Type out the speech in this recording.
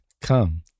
come